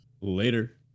Later